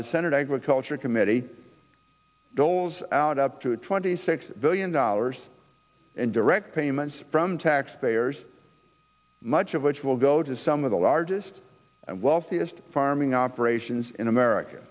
the senate agriculture committee doles out up to twenty six billion dollars in direct payments from taxpayers much of which will go to some of the largest and wealthiest farming operations in america